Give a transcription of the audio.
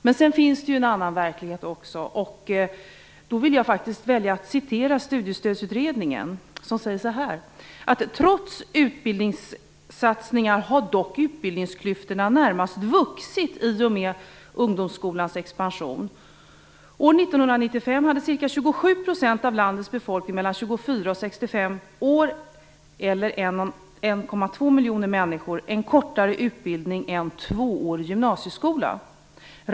Men det finns också en annan verklighet. Studiestödsutredningen skriver: "Trots utbildningssatsningarna har dock utbildningsklyftorna närmast vuxit i och med ungdomsskolans expansion. År 1995 hade ca 27 % av landets befolkning mellan 24 och 65 år, eller 1,2 miljoner människor, en kortare utbildning än tvåårig gymnasieskola.